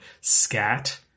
scat